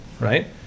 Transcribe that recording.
right